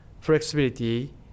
flexibility